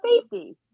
safety